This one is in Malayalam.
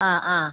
ആ ആ